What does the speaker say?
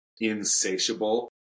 insatiable